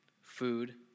Food